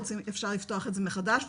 אפשר לפתוח את זה מחדש,